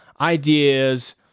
ideas